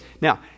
now